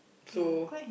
so